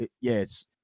yes